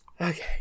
Okay